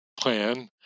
plan